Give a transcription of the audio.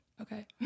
Okay